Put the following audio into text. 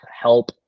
help